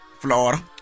Florida